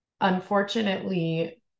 unfortunately